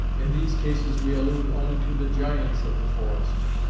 in these cases we allude only to the giants of the forest,